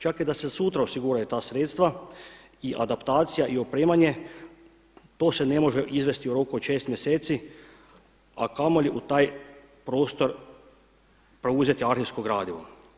Čak i da se sutra osiguraju ta sredstva i adaptacija i opremanje to se ne može izvesti u roku od šest mjeseci, a kamoli u taj prostor preuzeti arhivsko gradivo.